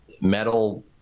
metal